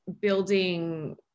building